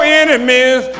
enemies